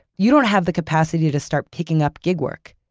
you don't have the capacity to start picking up gig work.